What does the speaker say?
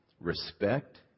respect